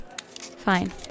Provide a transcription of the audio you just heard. Fine